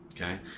Okay